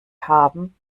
haben